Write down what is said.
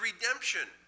redemption